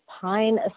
pine